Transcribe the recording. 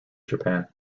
japan